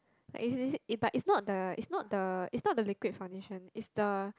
like is it it but it's not the it's not the it's not the liquid foundation is the